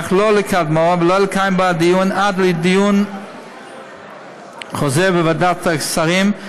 אך לא לקדמה ולא לקיים בה דיון עד לדיון חוזר בוועדת השרים.